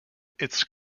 its